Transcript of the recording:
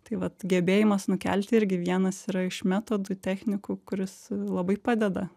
tai vat gebėjimas nukelti irgi vienas yra iš metodų technikų kuris labai padeda